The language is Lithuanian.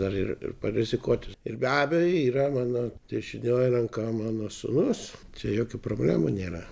dar ir parizikuoti ir be abejo yra mano dešinioji ranka mano sūnus čia jokių problemų nėra